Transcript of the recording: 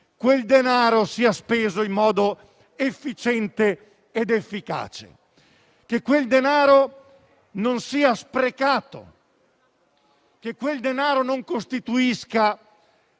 quel denaro sia speso in modo efficiente ed efficace, che quel denaro non sia sprecato, che quel denaro non costituisca